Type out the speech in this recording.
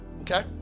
okay